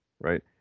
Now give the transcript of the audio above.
right